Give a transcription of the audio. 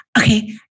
okay